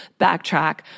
backtrack